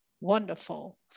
Wonderful